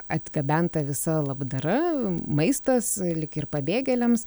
atgabenta visa labdara maistas lyg ir pabėgėliams